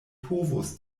povos